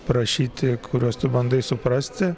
rašyti kuriuos tu bandai suprasti